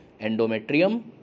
endometrium